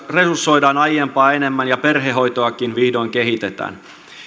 resursoidaan aiempaa enemmän ja perhehoitoakin vihdoin kehitetään